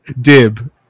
Dib